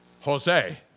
Jose